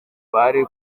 bari